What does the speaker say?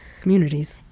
communities